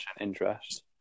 interest